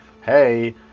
Hey